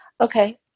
Okay